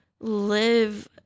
live